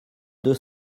deux